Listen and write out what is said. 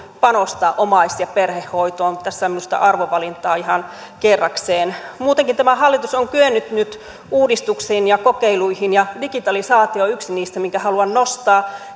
panostaa omais ja perhehoitoon tässä on minusta arvovalintaa ihan kerrakseen muutenkin tämä hallitus on kyennyt nyt uudistuksiin ja kokeiluihin ja digitalisaatio on yksi niistä minkä haluan nostaa